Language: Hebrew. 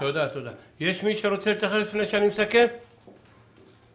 רבותיי, זה לא עניין של לשפר או לא